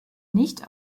nicht